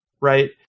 right